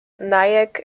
nyack